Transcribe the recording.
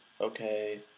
okay